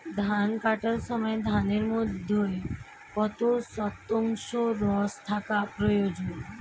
ধান কাটার সময় ধানের মধ্যে কত শতাংশ রস থাকা প্রয়োজন?